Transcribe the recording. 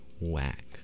whack